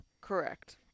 Correct